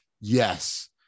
yes